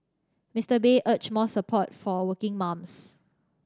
Mister Bay urged more support for working mums